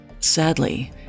Sadly